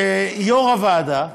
שיו"ר הוועדה,